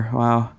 wow